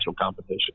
competition